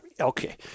okay